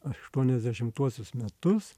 aštuoniasdešimtuosius metus